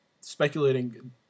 speculating